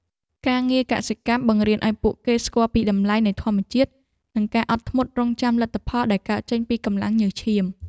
ការងារកសិកម្មបង្រៀនឱ្យពួកគេស្គាល់ពីតម្លៃនៃធម្មជាតិនិងការអត់ធ្មត់រង់ចាំលទ្ធផលដែលកើតចេញពីកម្លាំងញើសឈាម។